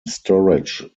storage